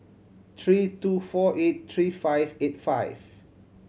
three two four eight three five eight five